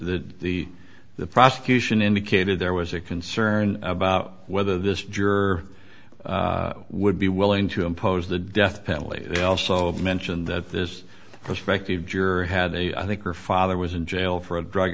the the prosecution indicated there was a concern about whether this juror would be willing to impose the death penalty they also mentioned that this prospective juror had a i think her father was in jail for a dr